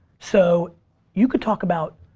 so you could talk about